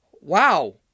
wow